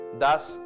thus